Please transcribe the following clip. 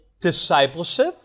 Discipleship